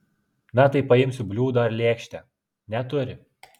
na tai paimsiu bliūdą ar lėkštę neturi